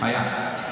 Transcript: לא היה להם צו פינוי.